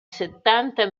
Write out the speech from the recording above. settanta